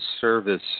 service